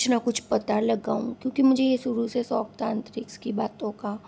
कुछ न कुछ पता लगाऊँ क्योंकि मुझे यह शुरू से शौक़ था अंतरीक्ष की बातों का